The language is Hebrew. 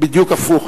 בדיוק הפוך,